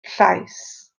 llaes